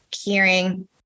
hearing